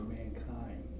mankind